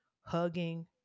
Hugging